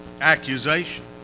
accusation